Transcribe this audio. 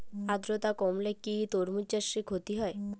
আদ্রর্তা কমলে কি তরমুজ চাষে ক্ষতি হয়?